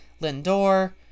Lindor